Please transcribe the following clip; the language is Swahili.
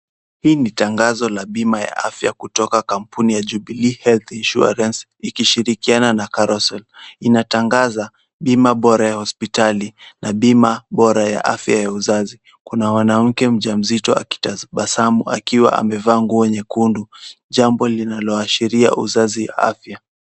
Hii ni tangazo la bima ya afya kutoka kampuni ya Jubilee health insurance , ikishirikiana na karosol. Inatangaza bima bora ya hospitali na bima bora ya afya ya uzazi. Kuna mwanamke mjamzito akitabasamu akiwa amevaa nguo nyekundu, jambo linaloashiria uzazi afya.